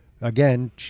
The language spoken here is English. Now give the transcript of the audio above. again